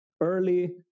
early